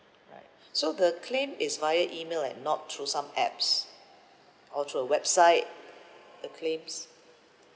right so the claim is via email and not through some apps or through a website the claims